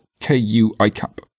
KUICAP